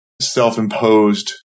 self-imposed